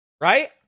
Right